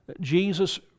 Jesus